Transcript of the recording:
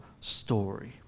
story